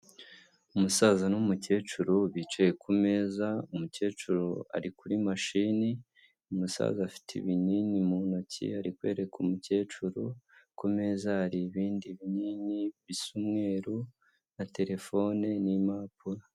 Umusaza n'umukecuru bicaye ku meza, umukecuru ari kuri mashini umusaza afite ibinini mu ntoki ari kwereka umukecuru, kumeza hari ibindi binini bisa umweru na terefone n'impapuro.